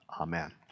Amen